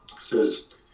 Says